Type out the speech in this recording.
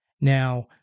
Now